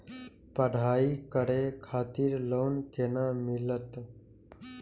पढ़ाई करे खातिर लोन केना मिलत?